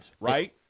right